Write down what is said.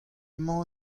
emañ